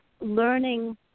learning